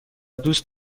دوست